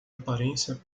aparência